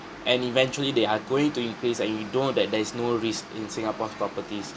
and eventually they are going to increase like you know that there is no risk in singapore's properties